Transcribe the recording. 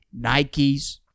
Nikes